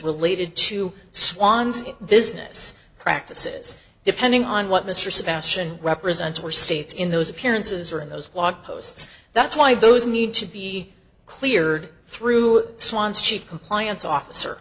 related to swan's business practices depending on what mr sebastian represents were states in those appearances or in those blog posts that's why those need to be cleared through sponsorship compliance officer